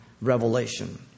revelation